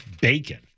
bacon